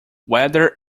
whether